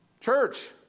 Church